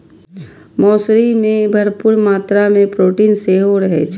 मौसरी मे भरपूर मात्रा मे प्रोटीन सेहो रहै छै